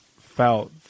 felt